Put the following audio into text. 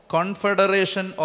Confederation